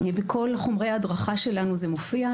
בכל חומרי ההדרכה שלנו זה מופיע,